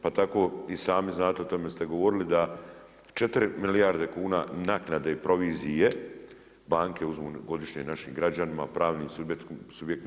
Pa tako i sami znate i o tome ste govorili, da 4 milijarde kuna naknade i provizije banke uzmu godišnje našim građanima, pravnim subjektima.